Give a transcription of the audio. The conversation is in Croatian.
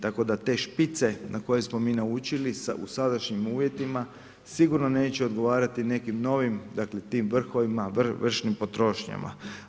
Tako da te špice na koje smo mi naučili u sadašnjim uvjetima sigurno neće odgovarati nekim novih vrhovima, vršnim potrošnjama.